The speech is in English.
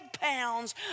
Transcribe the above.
pounds